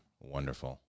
wonderful